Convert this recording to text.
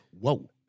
Whoa